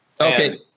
Okay